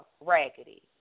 raggedy